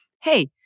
hey